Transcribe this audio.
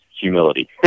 humility